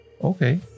Okay